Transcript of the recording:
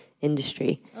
industry